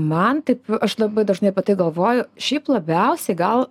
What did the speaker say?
man taip aš labai dažnai apie tai galvoju šiaip labiausiai gal